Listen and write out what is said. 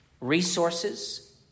resources